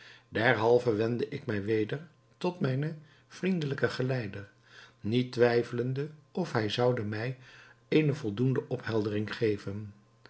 derhalve wendde ik mij weder tot mijnen vriendelijken geleider niet twijfelende of hij zoude mij eene voldoende opheldering geven